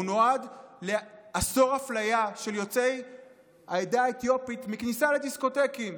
הוא נועד לאסור אפליה של יוצאי העדה האתיופית בכניסה לדיסקוטקים.